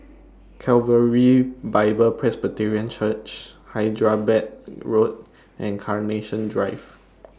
Calvary Bible Presbyterian Church Hyderabad Road and Carnation Drive